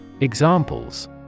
Examples